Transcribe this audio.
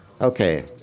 Okay